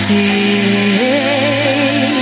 take